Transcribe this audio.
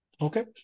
Okay